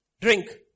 drink